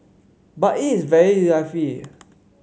but it is very